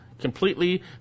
Completely